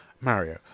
Mario